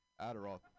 Adderall